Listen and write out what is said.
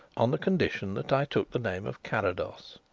on the condition that i took the name of carrados.